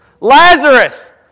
Lazarus